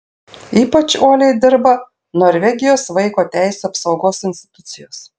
ypač uoliai dirba norvegijos vaiko teisių apsaugos institucijos